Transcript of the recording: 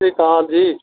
ਸਤਿ ਸ਼੍ਰੀ ਅਕਾਲ ਜੀ